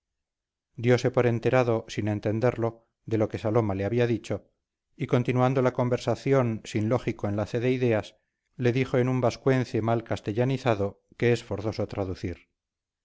penas diose por enterado sin entenderlo de lo que saloma le había dicho y continuando la conversación sin lógico enlace de ideas le dijo en un vascuence mal castellanizado que es forzoso traducir